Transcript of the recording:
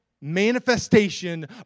manifestation